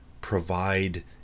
provide